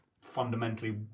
fundamentally